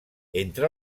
entre